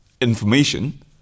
information